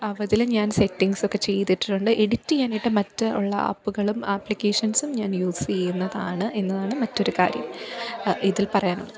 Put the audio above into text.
അവതിൽ ഞാന് സെറ്റിങ്സൊക്കെ ചെയ്തിട്ടിട്ടുണ്ട് എഡിറ്റിയാനായിട്ട് മറ്റുള്ള ആപ്പുകളും ആപ്ലിക്കേഷന്സും ഞാന് യൂസ് ചെയ്യുന്നതാണ് എന്നതാണ് മറ്റൊരു കാര്യം ഇതില് പറയാനുള്ളത്